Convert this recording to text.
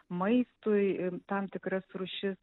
maistui tam tikras rūšis